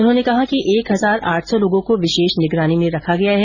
उन्होंने कहा कि एक हजार आठ सौ लोगों को विशेष निगरानी में रखा गया है